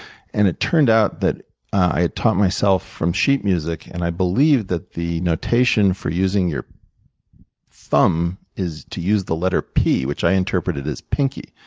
and it turned out that i had taught myself from sheet music, and i believe that the notation for using your thumb is to use the letter p, which i interpreted as pinky.